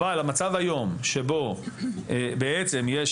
אבל המצב היום שבו בעצם יש